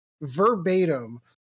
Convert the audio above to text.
verbatim